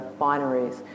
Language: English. binaries